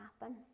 happen